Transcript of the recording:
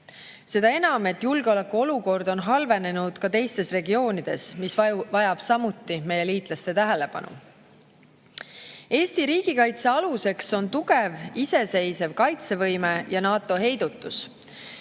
Seda enam, et julgeolekuolukord on halvenenud ka teistes regioonides, mis vajab samuti meie liitlaste tähelepanu. Eesti riigikaitse aluseks on tugev iseseisev kaitsevõime ja NATO heidutus.